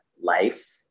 life